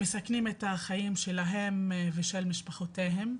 הם מסכנים את החיים שלהם ושל משפחותיהם,